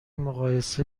مقایسه